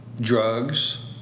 drugs